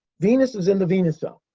venus is in the venus zone,